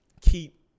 keep